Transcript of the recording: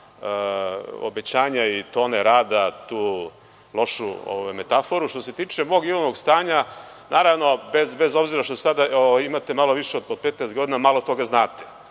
obećanja i tone rada, tu lošu metaforu. Što se tiče mog imovnog stanja, naravno, bez obzira što sada imate malo više od 15 godina, malo toga znate. Nemam